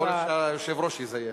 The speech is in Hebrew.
יכול להיות שהיושב-ראש יזייף.